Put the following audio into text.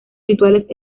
rituales